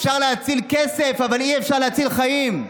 אפשר להציל כסף, אבל אי-אפשר להציל חיים.